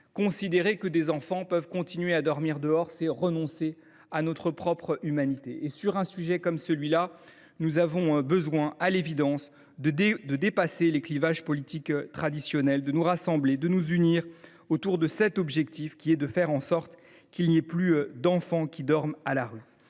Considérer que des enfants peuvent continuer à dormir dehors, c’est renoncer à notre propre humanité. Sur un tel sujet, nous avons besoin, à l’évidence, de dépasser les clivages politiques traditionnels, de nous rassembler, de nous unir autour d’un seul et même objectif : faire en sorte qu’il n’y ait plus d’enfant qui dorme à la rue.